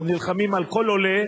אנחנו נלחמים על כל עולה,